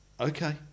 Okay